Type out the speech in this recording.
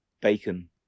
Bacon